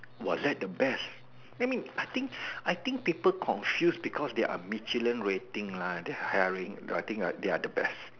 was that the best let me I think I think people confuse because they are Michelin ratings lah they are hiring think they are the best